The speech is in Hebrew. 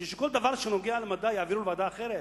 בשביל שכל דבר שנוגע למדע יעבירו לוועדה אחרת?